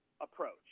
Approach